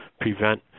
prevent